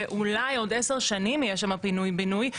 שאולי עוד 10 שנים יהיה שם פינוי בינוי,